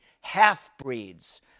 half-breeds